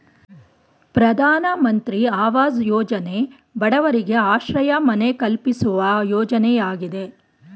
ಪ್ರಧಾನಮಂತ್ರಿ ಅವಾಜ್ ಯೋಜನೆ ಬಡವರಿಗೆ ಆಶ್ರಯ ಮನೆ ಕಲ್ಪಿಸುವ ಯೋಜನೆಯಾಗಿದೆ